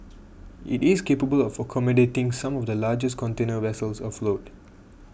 it is capable of accommodating some of the largest container vessels afloat